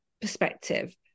perspective